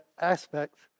aspects